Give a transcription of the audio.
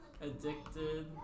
addicted